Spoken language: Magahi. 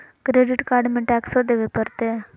क्रेडिट कार्ड में टेक्सो देवे परते?